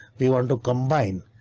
we want to combine.